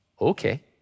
okay